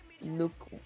look